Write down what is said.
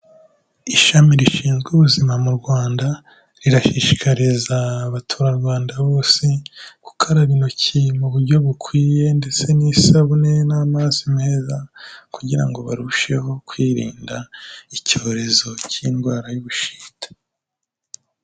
Ishami rishinzwe ubuzima mu Rwanda, rirashishikariza abaturarwanda bose, gukaraba intoki mu buryo bukwiye, ndetse n'isabune n'amazi meza, kugira ngo barusheho kwirinda, icyorezo cy'indwara y'ubushita.